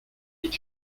est